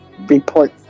report